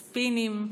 הספינים,